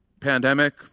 pandemic